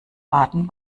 baden